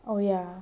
oh ya